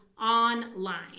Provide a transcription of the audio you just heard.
online